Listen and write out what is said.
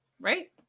Right